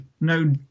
No